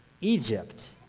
Egypt